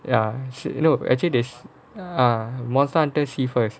ya shit loads actually is ah most eh வந்து:vantu sea force